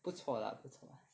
不错 lah 不错